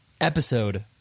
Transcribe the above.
episode